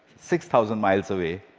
six thousand miles away.